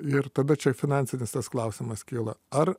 ir tada čia finansinis tas klausimas kyla ar